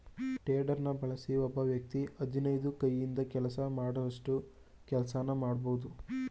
ಟೆಡರ್ನ ಬಳಸಿ ಒಬ್ಬ ವ್ಯಕ್ತಿ ಹದಿನೈದು ಕೈಯಿಂದ ಕೆಲಸ ಮಾಡೋಷ್ಟು ಕೆಲ್ಸನ ಮಾಡ್ಬೋದು